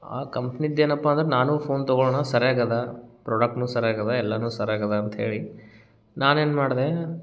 ಆ ಕಂಪ್ನಿದ್ದು ಏನಪ್ಪ ಅಂದ್ರೆ ನಾನೂ ಫೋನ್ ತಗೊಳ್ಳೋಣ ಸರ್ಯಾಗದೆ ಪ್ರಾಡಕ್ಟೂ ಸರ್ಯಾಗದೆ ಎಲ್ಲವೂ ಸರ್ಯಾಗದೆ ಅಂತ್ಹೇಳಿ ನಾನೇನು ಮಾಡಿದೆ